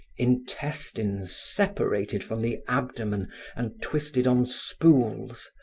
intestines separated from the abdomen and twisted on spools,